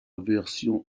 version